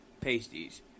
pasties